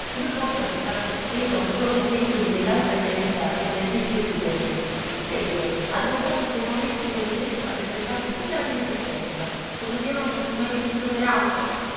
come posso restar sospeso a un solo momento di quell'altra mia vita che non esiste più per me sospeso agganciato a quel momento come se esso rappresentasse tutta la mia esistenza come se io non fossi mai vissuto